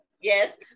yes